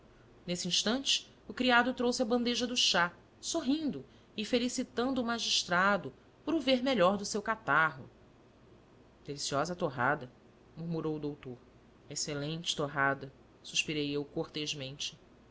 nesse instante o criado trouxe a bandeja do chá sorrindo e felicitando o magistrado por o ver melhor do seu catarro deliciosa torrada murmurou o doutor excelente torrada suspirei eu